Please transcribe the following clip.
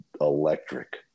electric